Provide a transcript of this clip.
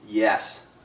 Yes